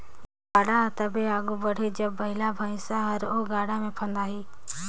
गाड़ा हर तबे आघु बढ़ही जब बइला भइसा हर ओ गाड़ा मे फदाही